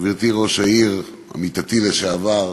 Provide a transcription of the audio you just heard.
גברתי ראש העיר, עמיתתי לשעבר,